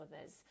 others